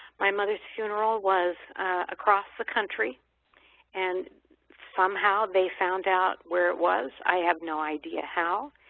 my mother's funeral was across the country and somehow they found out where it was. i have no idea how.